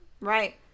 Right